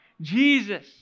Jesus